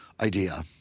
idea